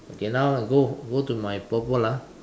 okay now I go go to my purple ah